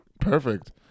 Perfect